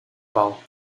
bal